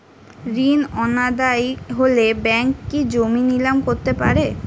ঋণ অনাদায়ি হলে ব্যাঙ্ক কি জমি নিলাম করতে পারে?